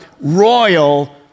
royal